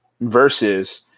versus